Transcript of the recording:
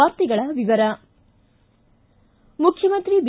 ವಾರ್ತೆಗಳ ವಿವರ ಮುಖ್ಯಮಂತ್ರಿ ಬಿ